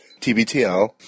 TBTL